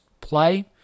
play